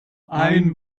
ein